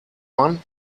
one